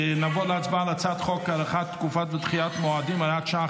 נעבור להצבעה על הצעת חוק הארכת תקופות ודחיית מועדים (הוראת שעה,